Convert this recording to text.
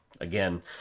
again